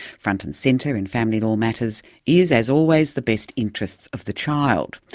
front and centre in family law matters is, as always, the best interests of the child.